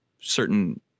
certain